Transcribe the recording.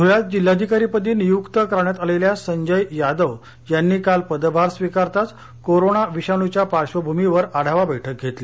ध्रळ्यात जिल्हाधिकारी पदी नियुक्त करण्यात आलेल्या संजय यादव यांनी काल पदभार स्विकारताच कोरोना विषाणुच्या पार्श्वभूमीवर आढावा बैठक घेतली